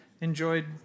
enjoyed